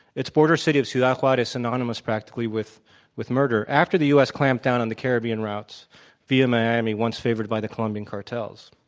its border city of ciudad juarez synonymous practically with with murder, after the us clamped down on the caribbean routes via miami once favored by the and cartels.